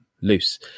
loose